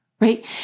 Right